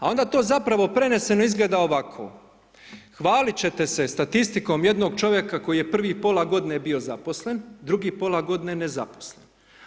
A onda to zapravo preneseno izgleda ovako, hvaliti ćete se statistikom jednog čovjeka, koji je prvih pola g. bio zaposlen, drugi pola g. nezaposlen.